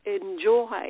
enjoy